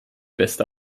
beste